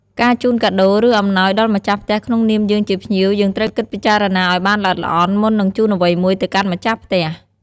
កាជូនការដូរ ឬអំណោយដល់ម្ចាស់ផ្ទះក្នុងនាមយើងជាភ្ញៀវយើងត្រូវគិតពិចារណាឲ្យបានល្អិតល្អន់មុននឹងជូនអ្វីមួយទៅកាន់ម្ចាស់ផ្ទះ។